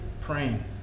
praying